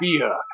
Fear